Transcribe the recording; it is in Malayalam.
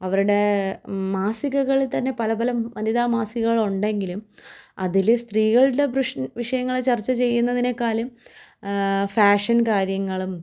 അവരുടേ മാസികകളി തന്നെ പല പല വനിതാ മാസികകളുണ്ടെങ്കിലും അതിൽ സ്ത്രീകളുടെ പ്രശ്ന വിഷയങ്ങളെ ചർച്ച ചെയ്യുന്നതിനേക്കാളും ഫാഷൻ കാര്യങ്ങളും